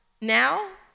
now